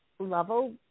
level